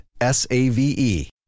s-a-v-e